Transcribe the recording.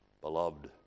beloved